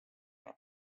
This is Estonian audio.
ära